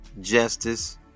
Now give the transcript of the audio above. justice